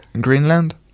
Greenland